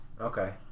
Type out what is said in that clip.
okay